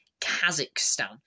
Kazakhstan